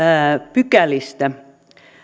pykälistä